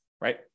right